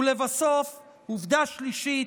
ולבסוף, עובדה שלישית,